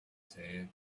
said